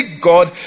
God